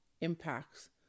impacts